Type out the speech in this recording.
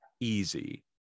easy